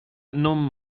non